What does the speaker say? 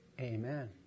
amen